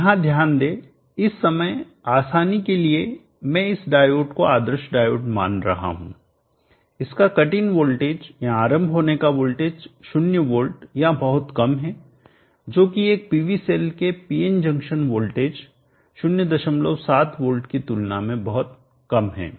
यहां ध्यान दें इस समय आसानी के लिए मैं इस डायोड को आदर्श डायोड मान रहा हूं इसका कट इन वोल्टेज या आरंभ होने का वोल्टेज 0 वोल्ट या बहुत कम है जो कि एक PV सेल के पीएन जंक्शन वोल्टेज 07 वोल्ट की तुलना में बहुत कम है